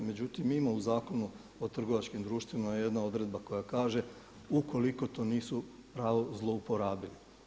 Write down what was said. Međutim mi imamo u Zakonu o trgovačkim društvima jednu odredbu koja kaže, ukoliko to nisu pravo zlouporabili.